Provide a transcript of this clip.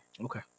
Okay